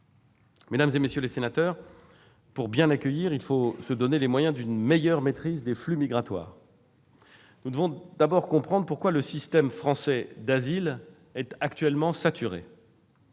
Mesdames, messieurs les sénateurs, pour bien accueillir, il faut se donner les moyens d'une meilleure maîtrise des flux migratoires. Nous devons d'abord comprendre pourquoi le système français d'asile est actuellement saturé.